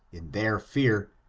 in their fear,